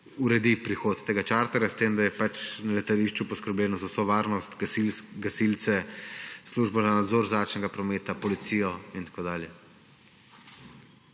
uredi prihod tega čarterja, s tem da je na letališču poskrbljeno za vso varnost, gasilce, službo za nadzor zračnega prometa, policijo in tako dalje.